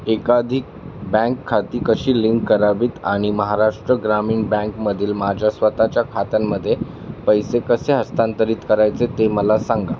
एकाधिक बँक खाती कशी लिंक करावीत आणि महाराष्ट्र ग्रामीण बँकमधील माझ्या स्वतःच्या खात्यांमध्ये पैसे कसे हस्तांतरित करायचे ते मला सांगा